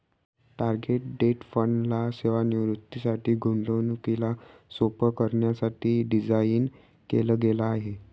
target date fund ला सेवानिवृत्तीसाठी, गुंतवणुकीला सोप्प करण्यासाठी डिझाईन केल गेल आहे